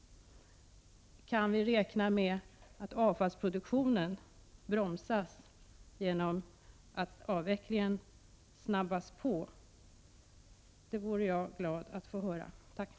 Kan vi räkna med att avfallsproduktionen bromsas genom att avvecklingen snabbas på? Jag vore glad att få ett besked om det.